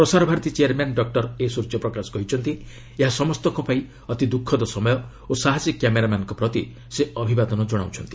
ପ୍ରସାର Bharati chairman doctor A Suryaprakash କହିଛନ୍ତି ଏହା ସମସ୍ତଙ୍କ ପାଇଁ ଅତି ଦୁଃଖଦ ସମୟ ଓ ସାହସୀ କ୍ୟାମେରାମ୍ୟାନ୍ଙ୍କ ପ୍ରତି ସେ ଅଭିବାଦନ ଜଣାଉଛନ୍ତି